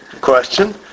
question